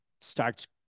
starts